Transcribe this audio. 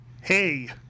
hey